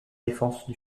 défense